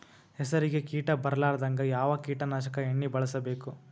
ಹೆಸರಿಗಿ ಕೀಟ ಬರಲಾರದಂಗ ಯಾವ ಕೀಟನಾಶಕ ಎಣ್ಣಿಬಳಸಬೇಕು?